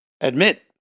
admit